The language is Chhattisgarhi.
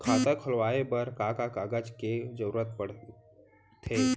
खाता खोलवाये बर का का कागज के जरूरत पड़थे?